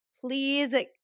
Please